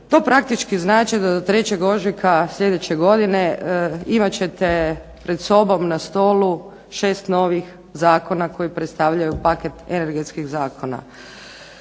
To praktički znači da do 3. ožujka sljedeće godine imat ćete pred sobom na stolu 6 novih zakona koji predstavljaju paket energetskih zakona.